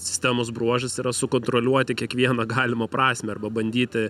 sistemos bruožas yra sukontroliuoti kiekvieną galimą prasmę arba bandyti